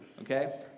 okay